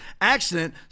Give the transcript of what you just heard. accident